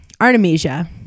Artemisia